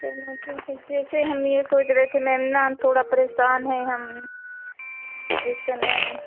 चलो ठीक है जैसे हम यह सोच रहे थे मैम ना हम थोड़ा परेशान हैं हम इस समय